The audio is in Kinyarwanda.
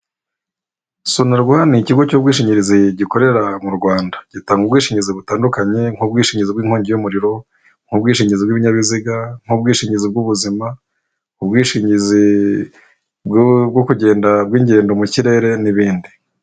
Sonerwa n'ikigo cy'ubwishingizi gikorera mu Rwanda, gitanga ubwishingizi butandukanye nk'ubwishingi bw'inkongi y'umuriro, nk'ubwishingizi bw'ibinyabiziga, nk'ubwishingizi bw'ubuzima, ubwishingizi bwo kugenda bw'ingendo mu kirere n'ibindi.